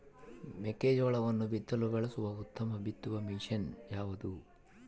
ಮೆಕ್ಕೆಜೋಳವನ್ನು ಬಿತ್ತಲು ಬಳಸುವ ಉತ್ತಮ ಬಿತ್ತುವ ಮಷೇನ್ ಯಾವುದು?